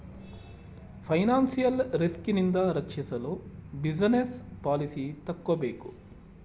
financial risk ನಿಂದ ರಕ್ಷಿಸಲು business policy ತಕ್ಕೋಬೇಕು